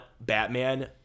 Batman